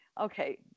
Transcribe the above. okay